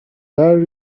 there